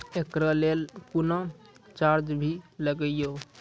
एकरा लेल कुनो चार्ज भी लागैये?